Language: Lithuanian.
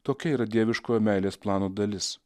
tokia yra dieviškojo meilės plano dalis